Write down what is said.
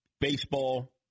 baseball